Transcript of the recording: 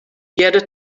hearde